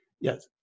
Yes